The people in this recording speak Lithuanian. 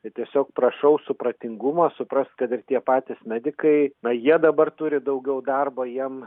tiesiog prašau supratingumo suprast kad ir tie patys medikai na jie dabar turi daugiau darbo jiem